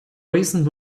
recent